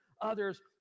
others